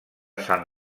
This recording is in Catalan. sant